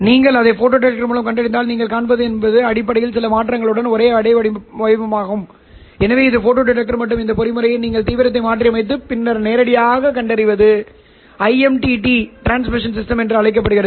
நீங்கள் அதை ஃபோட்டோடெக்டர் மூலம் கண்டறிந்தால் நீங்கள் காண்பது அடிப்படையில் சில சிறிய மாற்றங்களுடன் ஒரே அலைவடிவமாகும் எனவே இது ஃபோட்டோ டிடெக்டர் மற்றும் இந்த பொறிமுறையை நீங்கள் தீவிரத்தை மாற்றியமைத்து பின்னர் நேரடியாகக் கண்டறிவது ஐஎம்டிடி டிரான்ஸ்மிஷன் சிஸ்டம் என அழைக்கப்படுகிறது